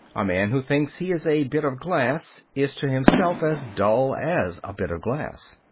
a man who thinks he is a bit of glass is to himself as dull as a bit of glass.